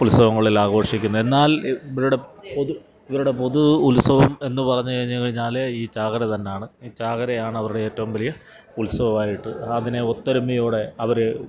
ഉത്സവങ്ങളിലാഘോഷിക്കുന്ന എന്നാൽ ഇവരുടെ പൊതു ഇവരുടെ പൊതു ഉത്സവം എന്നു പറഞ്ഞു കഴിഞ്ഞുകഴിഞ്ഞാല് ഈ ചാകര തന്നാണ് ഈ ചാകരയാണ് അവരുടെ ഏറ്റവും വലിയ ഉത്സവമായിട്ട് അതിനെ ഒത്തൊരുമയോടെ അവര്